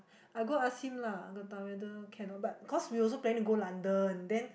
I go ask him lah got time whether can or not but cause we also planning to go London then